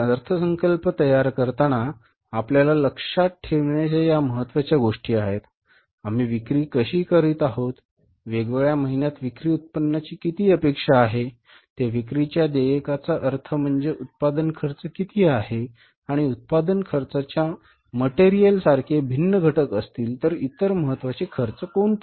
तर अर्थसंकल्प तयार करताना आपल्याला लक्षात ठेवण्याच्या या महत्त्वाच्या गोष्टी आहेत आम्ही विक्री कशी करीत आहोत वेगवेगळ्या महिन्यांत विक्री उत्पन्नाची किती अपेक्षा आहे त्या विक्रीच्या देयकाचा अर्थ म्हणजे उत्पादन खर्च किती आहे आणि उत्पादन खर्चाच्या मटेरियलसारखे भिन्न घटक असतील तर इतर महत्त्वाचे खर्च कोणते